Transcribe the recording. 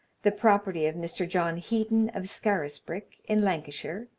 the property of mr. john heaton, of scarisbrick, in lancashire,